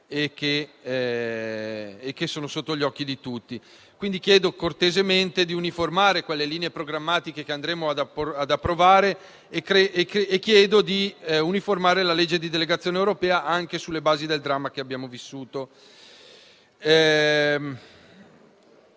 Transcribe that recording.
e che sono sotto gli occhi di tutti. Chiedo, quindi, cortesemente, di uniformare quelle linee programmatiche che andremo ad approvare e di uniformare la legge di delegazione europea, anche sulle basi del dramma che abbiamo vissuto.